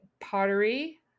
pottery